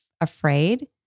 afraid